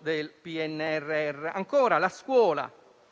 del PNRR. Per la scuola,